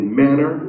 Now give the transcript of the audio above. manner